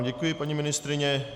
Děkuji vám, paní ministryně.